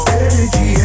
energy